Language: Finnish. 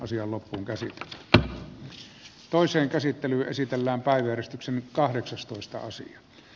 asialla pesinyt toiseen käsittelyyn esitellään päivystyksen kahdeksastoista osia